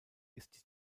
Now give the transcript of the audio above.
ist